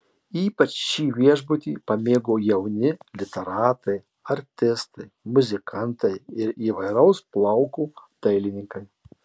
ypač šį viešbutį pamėgo jauni literatai artistai muzikantai ir įvairaus plauko dailininkai